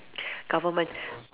government